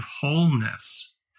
wholeness